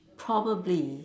probably